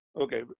Okay